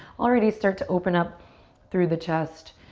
already start to open up through the chest,